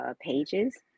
pages